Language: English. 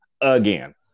again